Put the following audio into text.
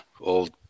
old